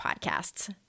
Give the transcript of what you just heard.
podcasts